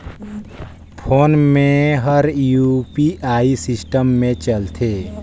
phone पे हर UPI system मे चलथे